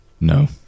No